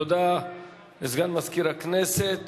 תודה לסגן מזכירת הכנסת.